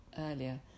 earlier